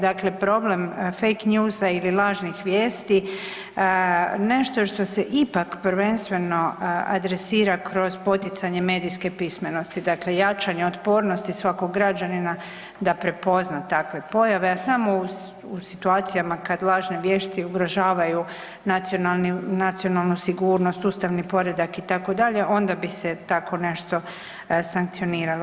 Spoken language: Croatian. Dakle, problem fake newsa ili lažnih vijesti je nešto što se ipak prvenstveno adresira kroz poticanje medijske pismenosti dakle jačanje otpornosti svakog građanina da prepozna takve pojave a samo u situacijama kada lažne vijesti ugrožavaju nacionalnu sigurnost, ustavni poredak itd. onda bi se tako nešto sankcioniralo.